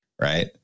right